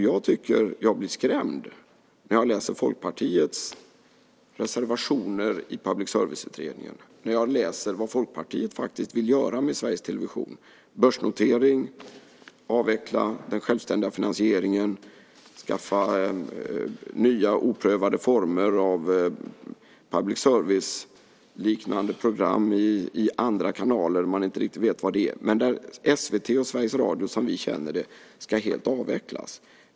Jag blir skrämd när jag läser Folkpartiets reservation i Public service-utredningen och när jag läser vad Folkpartiet faktiskt vill göra med Sveriges Television - börsnotera, avveckla den självständiga finansieringen, skaffa nya oprövade former av public service-liknande program i andra kanaler som man inte riktigt inte vet vad de är. Men SVT och Sveriges Radio som vi känner dem ska helt avvecklas.